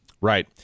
Right